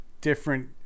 different